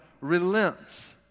relents